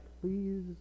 please